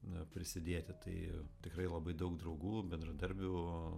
na prisidėti tai tikrai labai daug draugų bendradarbių